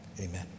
Amen